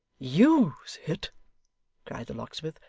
use it cried the locksmith.